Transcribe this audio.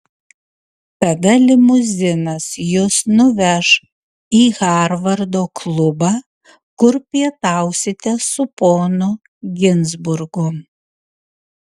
tada limuzinas jus nuveš į harvardo klubą kur pietausite su ponu ginzburgu